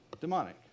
demonic